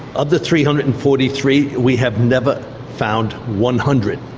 of the three hundred and forty three, we have never found one hundred.